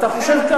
זה סתם,